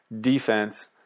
defense